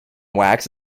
wax